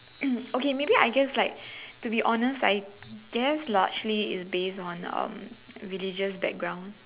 okay maybe I guess like to be honest I delve largely it's based on um religious background